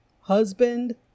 husband